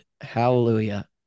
Hallelujah